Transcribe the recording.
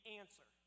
answer